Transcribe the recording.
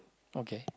okay